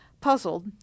Puzzled